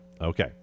okay